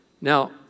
Now